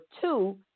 two